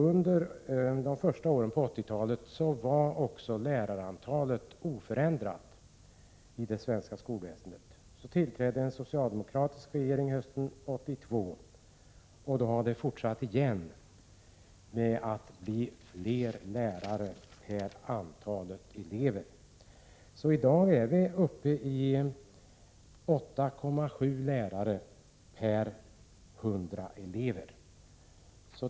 Under de första åren på 1980-talet var också lärarantalet oförändrat i det svenska skolväsendet. Så tillträdde en socialdemokratisk regering hösten 1982, och då fortsatte det igen att bli fler lärare per 100 elever. I dag är vi uppe i 8,7 lärare per 100 elever.